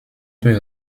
peut